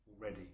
already